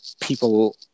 people